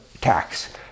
tax